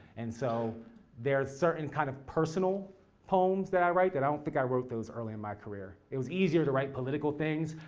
and so there's certain kind of personal poems that i write, that i don't think i wrote those early in my career. it was easier to write political things,